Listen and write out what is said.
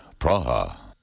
Praha